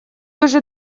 уже